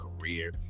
career